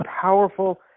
powerful